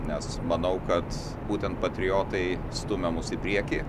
nes manau kad būtent patriotai stumia mus į priekį